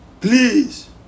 please